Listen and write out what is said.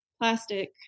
plastic